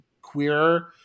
queer